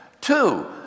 Two